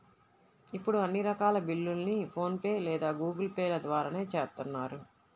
ఇప్పుడు అన్ని రకాల బిల్లుల్ని ఫోన్ పే లేదా గూగుల్ పే ల ద్వారానే చేత్తన్నారు